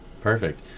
Perfect